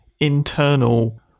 internal